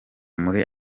muri